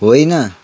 होइन